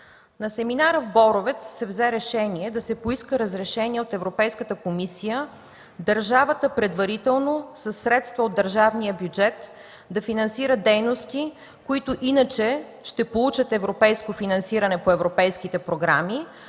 „На семинар в Боровец се взе решение да се поиска разрешение от Европейската комисия държавата предварително, със средства от държавния бюджет, да финансира дейности, които иначе ще получат европейско финансиране по европейските програми,